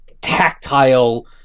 tactile